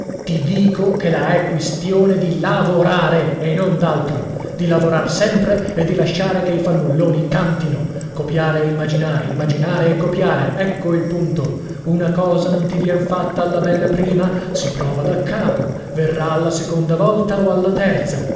ti dico che la è quistione di lavorare e non d'altro di lavorar sempre e di lasciare che i fannulloni cantino copiare e immaginare immaginare e copiare ecco il punto una cosa non ti vien fatta alla bella prima si prova da capo verrà alla seconda volta o alla terza